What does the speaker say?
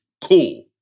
cool